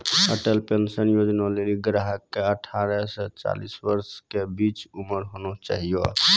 Atal pension योजना लेली ग्राहक के अठारह से चालीस वर्ष के बीचो उमर होना चाहियो